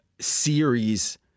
series